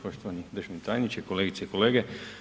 Poštovani državni tajniče, kolegice i kolege.